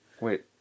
Wait